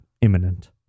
imminent